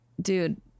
dude